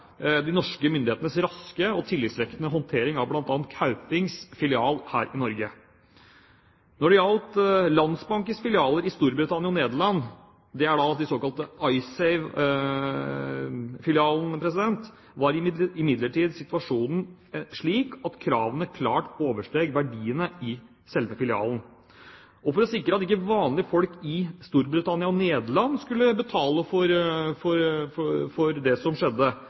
de norske myndighetenes raske og tillitvekkende håndtering av bl.a. Kaupthings filial her i Norge. Når det gjelder Landsbankis filialer i Storbritannia og Nederland – de såkalte IceSave-filialene – var imidlertid situasjonen slik at kravene klart oversteg verdiene i selve filialen. For å sikre at ikke vanlige folk i Storbritannia og Nederland skulle betale for det som skjedde,